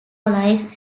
life